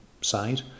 side